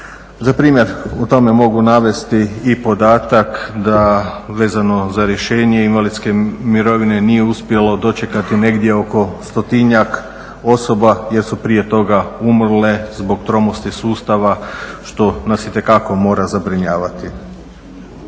Za primjer o tome mogu navesti i podatak da vezano za rješenje invalidske mirovine nije uspjelo dočekati negdje oko 100-njak osoba jer su prije toga umrle zbog tromosti sustava što nas itekako mora zabrinjavati.